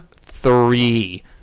three